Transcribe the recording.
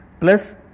plus